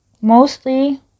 Mostly